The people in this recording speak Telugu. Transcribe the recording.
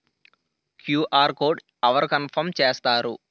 క్యు.ఆర్ కోడ్ అవరు కన్ఫర్మ్ చేస్తారు?